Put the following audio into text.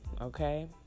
okay